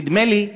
נדמה לי,